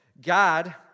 God